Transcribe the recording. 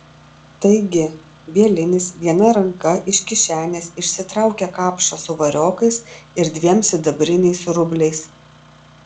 taigi bielinis viena ranka iš kišenės išsitraukė kapšą su variokais ir dviem sidabriniais rubliais